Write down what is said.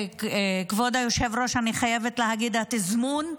כבוד היושב-ראש, אני חייבת להגיד, התזמון,